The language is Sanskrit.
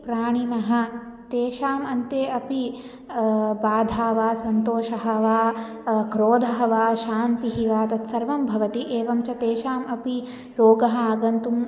प्राणिनः तेषाम् अन्ते अपि बाधा वा सन्तोषः वा क्रोधः वा शान्तिः वा तत् सर्वं भवति एवं च तेषाम् अपि रोगः आगन्तुम्